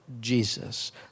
Jesus